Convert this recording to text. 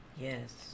Yes